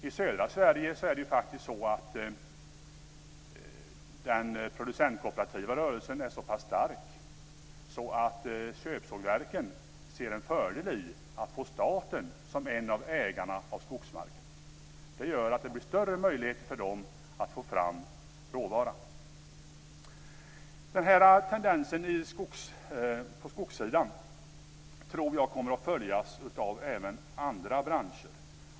I södra Sverige är faktiskt den producentkooperativa rörelsen så pass stark att köpsågverken ser en fördel i att få staten som en av ägarna av skogsmarken. Det gör att det blir större möjligheter för dem att få fram råvaran. Den här tendensen på skogssidan tror jag kommer att påverka även andra branscher.